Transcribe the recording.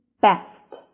best